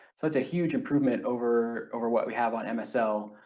so it's a huge improvement over over what we have on msl,